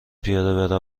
پیاده